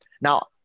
Now